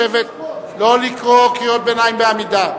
לא לקרוא קריאות ביניים בעמידה.